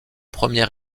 premier